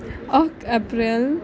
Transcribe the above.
اکھ ایپریل